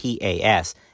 PAS